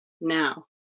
now